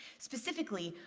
specifically,